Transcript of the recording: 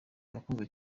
yakunzwe